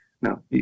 No